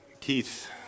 Keith